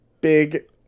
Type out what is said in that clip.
big